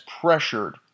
pressured